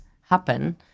happen